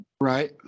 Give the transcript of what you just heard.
Right